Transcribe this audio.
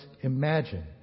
imagine